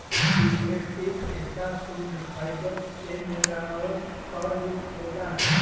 synthetic रेसा सुद्ध fibre के मिलावट क रूप होला